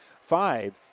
five